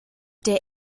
der